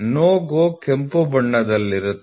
NO GO ಕೆಂಪು ಬಣ್ಣದಲ್ಲಿರುತ್ತದೆ